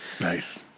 Nice